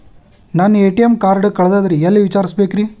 ನನ್ನ ATM card ಕಳದದ್ರಿ ಎಲ್ಲಿ ವಿಚಾರಿಸ್ಬೇಕ್ರಿ?